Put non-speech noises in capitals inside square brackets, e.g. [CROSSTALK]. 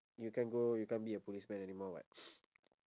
you can't go you can't be a policeman anymore [what] [NOISE]